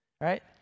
Right